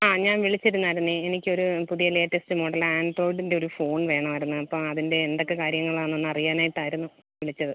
ആ ഞാൻ വിളിച്ചിരുന്നതായിരുന്നേ എനിക്കൊരു പുതിയ ലേറ്റസ്റ്റ് മോഡൽ ആൻഡ്രോയ്ഡിന്റെ ഒരു ഫോൺ വേണമായിരുന്നു അപ്പോൾ അതിന്റെ എന്തൊക്കെ കാര്യങ്ങളാണെന്ന് ഒന്ന് അറിയാനായിട്ടായിരുന്നു വിളിച്ചത്